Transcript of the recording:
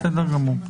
בסדר גמור.